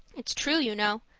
it's true, you know.